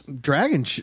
dragon